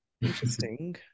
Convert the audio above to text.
Interesting